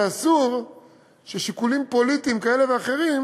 ואסור ששיקולים פוליטיים כאלה ואחרים